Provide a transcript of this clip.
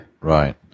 Right